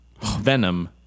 Venom